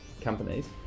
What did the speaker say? companies